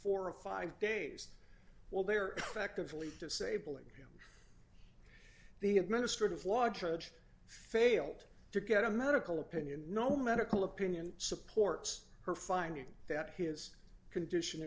four or five days while they're actively disabling him the administrative law judge failed to get a medical opinion no medical opinion supports her finding that his condition